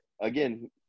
again